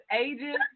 agent